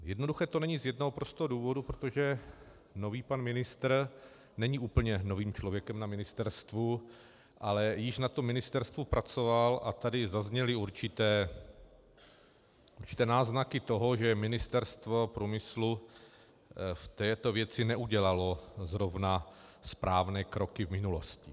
Jednoduché to není z jednoho prostého důvodu protože nový pan ministr není úplně novým člověkem na ministerstvu, ale již na tom ministerstvu pracoval, a tady zazněly určité náznaky toho, že Ministerstvo průmyslu v této věci neudělalo zrovna správné kroky v minulosti.